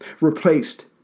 replaced